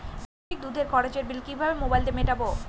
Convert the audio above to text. মাসিক দুধের খরচের বিল কিভাবে মোবাইল দিয়ে মেটাব?